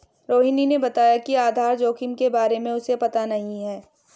रोहिणी ने बताया कि आधार जोखिम के बारे में उसे पता नहीं है